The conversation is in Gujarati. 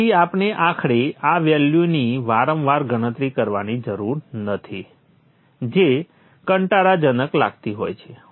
તેથી આપણે આખરે આ વેલ્યુની વારંવાર ગણતરી કરવાની જરૂર નથી જે કંટાળા જનક લગતી હોય છે